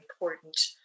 important